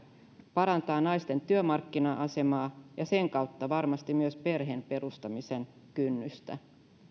parantaa naisten työmarkkina asemaa ja sen kautta varmasti myös laskee perheen perustamisen kynnystä